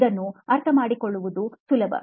ಇದನ್ನು ಅರ್ಥಮಾಡಿಕೊಳ್ಳುವುದು ಸುಲಭ